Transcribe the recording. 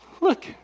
look